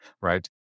right